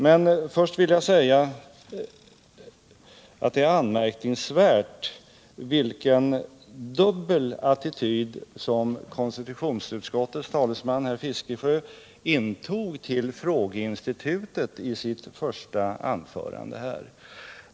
Men först vill jag säga att det är anmärkningsvärt vilken dubbel attityd som konstitutionsutskottets talesman herr Fiskesjö intog till frågeinstitutet i sitt första anförande.